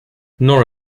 nor